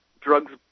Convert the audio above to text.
drugs